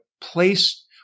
place